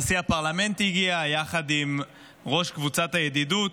נשיא הפרלמנט הגיע יחד עם ראש קבוצת הידידות,